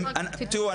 תראו,